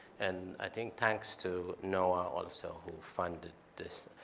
and i think thanks to noaa also, who funded this.